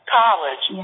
college